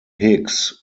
higgs